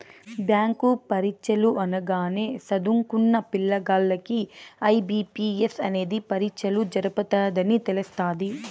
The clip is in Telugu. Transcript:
బ్యాంకు పరీచ్చలు అనగానే సదుంకున్న పిల్లగాల్లకి ఐ.బి.పి.ఎస్ అనేది పరీచ్చలు జరపతదని తెలస్తాది